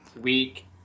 week